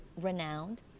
renowned